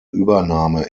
übernahme